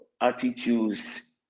attitudes